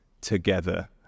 together